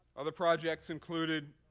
other projects included